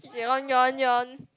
yawn yawn yawn